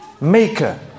Maker